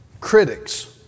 critics